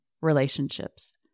relationships